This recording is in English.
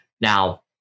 Now